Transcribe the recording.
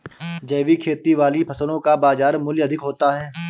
जैविक खेती वाली फसलों का बाज़ार मूल्य अधिक होता है